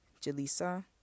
Jalisa